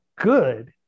good